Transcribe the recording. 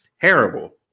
Terrible